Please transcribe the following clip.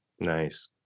nice